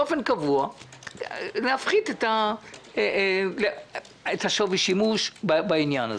באופן קבוע להפחית את שווי השימוש בעניין הזה.